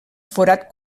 forat